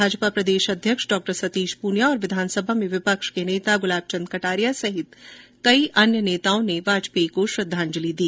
भाजपा प्रदेशाध्यक्ष डॉ सतीश पूनिया और विधानसभा में विपक्ष के नेता गुलाबचंद कटारिया सहित कई भाजपा नेताओं ने भी वाजपेयी को श्रृंद्वांजलि दी